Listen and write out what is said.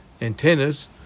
antennas